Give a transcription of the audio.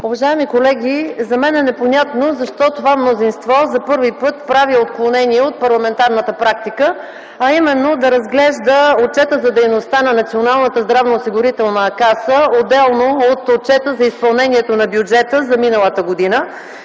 Уважаеми колеги, за мен е непонятно защо това мнозинство за първи път прави отклонение от парламентарната практика, а именно да разглежда отчета за дейността на Националната здравноосигурителна каса отделно от отчета за изпълнението на бюджета за миналата година.